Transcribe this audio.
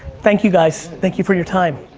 thank you, guys, thank you for your time.